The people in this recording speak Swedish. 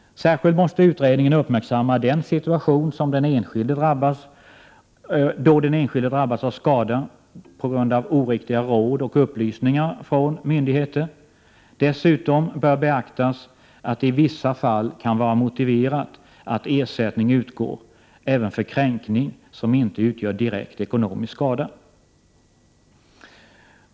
Särskilt måste utredningen uppmärksamma den situation då den enskilde drabbats av skada på grund av oriktiga råd och upplysningar från myndigheter. Dessutom bör beaktas att det i vissa fall kan vara motiverat att ersättning utgår även för kränkning som inte utgör direkt ekonomisk skada.